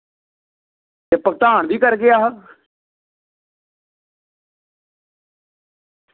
ते भुगतान बी करगे अस